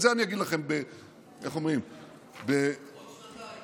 זה, אני אגיד לכם, עוד שנתיים.